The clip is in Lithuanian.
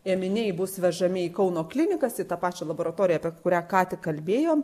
ėminiai bus vežami į kauno klinikas į tą pačią laboratoriją apie kurią ką tik kalbėjom